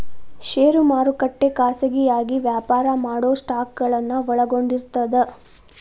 ಷೇರು ಮಾರುಕಟ್ಟೆ ಖಾಸಗಿಯಾಗಿ ವ್ಯಾಪಾರ ಮಾಡೊ ಸ್ಟಾಕ್ಗಳನ್ನ ಒಳಗೊಂಡಿರ್ತದ